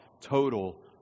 total